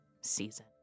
season